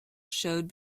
showed